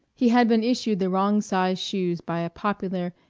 he had been issued the wrong size shoes by a popular,